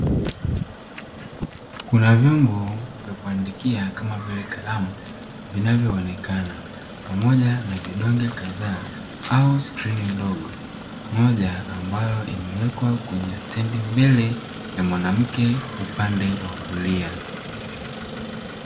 Kuna vyombo vya kuandikia kama vile kalamu vinavyoonekana pamoja na vidonge kadhaa au skrini ndogo, moja ambayo imewekwa kwenye stendi mbele ya mwanamke upande wa kulia.